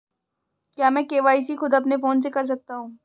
क्या मैं के.वाई.सी खुद अपने फोन से कर सकता हूँ?